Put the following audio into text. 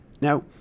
Now